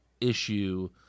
issue